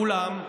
כולם.